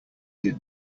did